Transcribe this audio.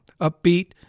upbeat